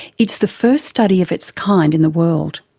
it's the first study of its kind in the world.